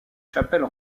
chapelle